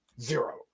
Zero